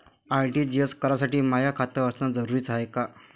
RTGS करासाठी माय खात असनं जरुरीच हाय का?